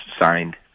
signed